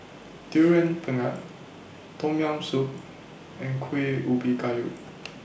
Durian Pengat Tom Yam Soup and Kueh Ubi Kayu